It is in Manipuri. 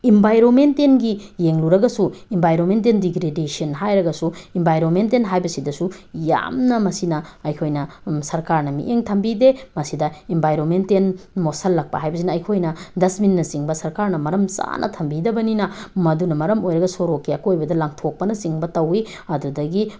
ꯑꯦꯟꯚꯥꯏꯔꯣꯟꯃꯦꯟꯇꯦꯜꯒꯤ ꯌꯦꯡꯂꯨꯔꯒꯁꯨ ꯑꯦꯟꯚꯥꯏꯔꯣꯟꯃꯦꯟꯇꯦꯜ ꯗꯤꯒ꯭ꯔꯦꯗꯦꯁꯟ ꯍꯥꯏꯔꯒꯁꯨ ꯑꯦꯟꯚꯥꯏꯔꯣꯟꯃꯦꯟꯇꯦꯜ ꯍꯥꯏꯕꯁꯤꯗꯁꯨ ꯌꯥꯝꯅ ꯃꯁꯤꯅ ꯑꯩꯈꯣꯏꯅ ꯁꯔꯀꯥꯔꯅ ꯃꯤꯠꯌꯦꯡ ꯊꯝꯕꯤꯗꯦ ꯃꯁꯤꯗ ꯑꯦꯟꯚꯥꯏꯔꯣꯟꯃꯦꯟꯇꯦꯜ ꯃꯣꯠꯁꯤꯜꯂꯛꯄ ꯍꯥꯏꯕꯁꯤꯅ ꯑꯩꯈꯣꯏꯅ ꯗꯁꯕꯤꯟꯅꯆꯤꯡꯕ ꯁꯔꯀꯥꯔꯅ ꯃꯔꯝ ꯆꯥꯅ ꯊꯝꯕꯤꯗꯕꯅꯤꯅ ꯃꯗꯨꯅ ꯃꯔꯝ ꯑꯣꯏꯔꯒ ꯁꯣꯔꯣꯛꯀꯤ ꯑꯀꯣꯏꯕꯗ ꯂꯪꯊꯣꯛꯄꯅꯆꯤꯡꯕ ꯇꯧꯋꯤ ꯑꯗꯨꯗꯒꯤ